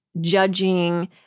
judging